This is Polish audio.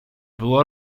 było